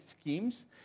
schemes